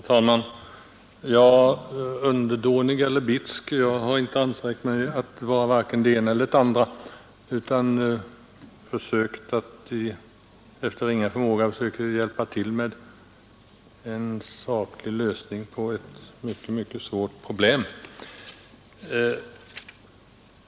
Herr talman! Underdånig eller bitsk — jag har inte ansträngt mig att sökt att efter ringa förmåga hjälpa till med en saklig lösning på ett mycket svårt problem.